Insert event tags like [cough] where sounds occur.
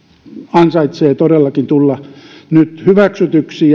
ansaitsee todellakin tulla nyt hyväksytyksi [unintelligible]